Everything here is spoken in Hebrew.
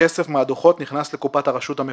הכסף מהדוחות נכנס לקופת הרשות המקומית.